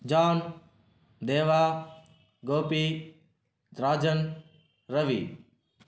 John Deva Gopi Rajan Ravi